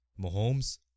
Mahomes